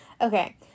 Okay